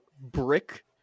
brick